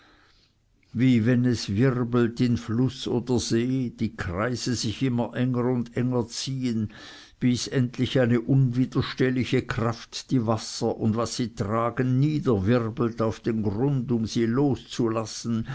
wie wenn es wirbelt in fluß oder see die kreise sich immer enger und enger ziehen bis endlich eine unwiderstehliche kraft die wasser und was sie tragen niederwirbelt auf den grund um sie loszulassen